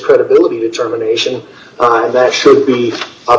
credibility determination d that should be up